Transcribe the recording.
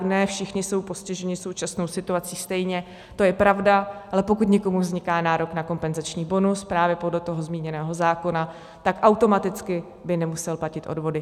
Ne všichni jsou postiženi současnou situací stejně, to je pravda, ale pokud někomu vzniká nárok na kompenzační bonus právě podle toho zmíněného zákona, tak automaticky by nemusel platit odvody.